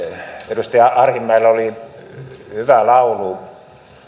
edustaja arhinmäellä oli hyvä laulu